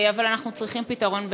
אבל אנחנו צריכים פתרון ביניים.